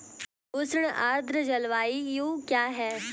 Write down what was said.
उष्ण आर्द्र जलवायु क्या है?